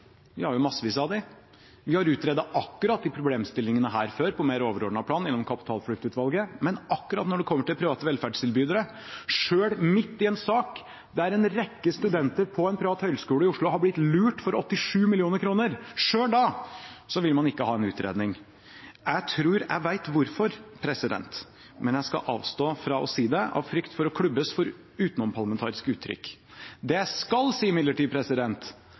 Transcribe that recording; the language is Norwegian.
Vi har jo massevis av dem. Vi har utredet akkurat disse problemstillingene før, på mer overordnet plan gjennom Kapitalfluktutvalget, men akkurat når det kommer til private velferdstilbydere – selv midt i en sak der en rekke studenter på en privat høyskole i Oslo har blitt lurt for 87 mill. kr – selv da vil man ikke ha en utredning. Jeg tror jeg vet hvorfor, men jeg skal avstå fra å si det av frykt for å klubbes for utenomparlamentariske uttrykk. Det jeg imidlertid skal si,